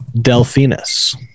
delphinus